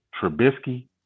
trubisky